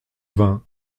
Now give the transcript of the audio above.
vingt